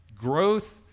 Growth